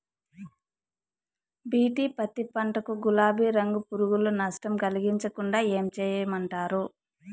BT పత్తి పంట కు, గులాబీ రంగు పులుగులు నష్టం కలిగించకుండా ఏం చేయమంటారు?